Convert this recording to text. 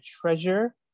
treasure